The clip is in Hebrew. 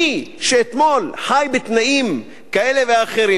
מי שאתמול חי בתנאים כאלה ואחרים,